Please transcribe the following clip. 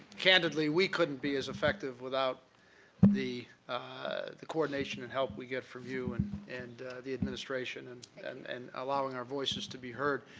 candidly, we couldn't be as effective without the the coordination and help we get from you and and the administration, and and and allowing our voices to be heard.